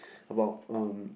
about um